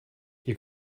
ihr